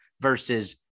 versus